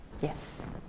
Yes